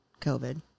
COVID